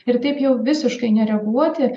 ir taip jau visiškai nereaguoti